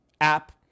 app